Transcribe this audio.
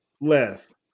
left